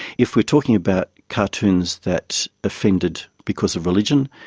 if we are talking about cartoons that offended because of religion,